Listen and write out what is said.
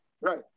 right